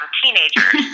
teenagers